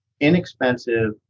inexpensive